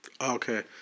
Okay